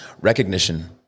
Recognition